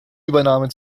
übernahme